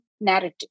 narrative